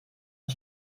und